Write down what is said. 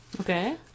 Okay